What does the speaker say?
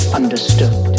understood